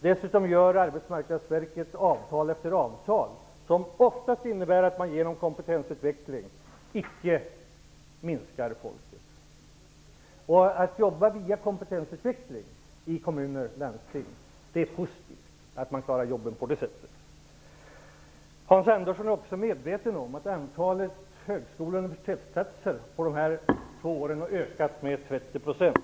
Dessutom träffar Arbetsmarknadsverket avtal efter avtal som oftast innebär att man genom kompetensutveckling icke minskar antalet anställda. Att man i kommuner och landsting via kompetensutveckling klarar jobben är positivt. Hans Andersson är också medveten om att antalet högskole och universitetsplatser under de här två åren har ökat med 30 %.